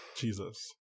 Jesus